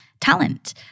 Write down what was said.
Talent